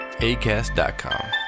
ACAST.COM